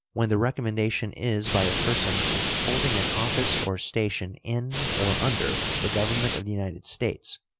when the recommendation is by a person holding an office or station in or under the government of the united states,